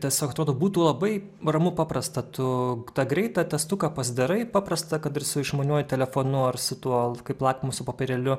tiesiog atrodo būtų labai ramu paprasta tu tą greitą testuką pasidarai paprasta kad ir su išmaniuoju telefonu ar su tuo kaip lakmuso popierėliu